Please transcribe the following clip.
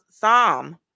Psalm